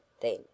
then